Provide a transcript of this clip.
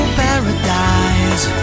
paradise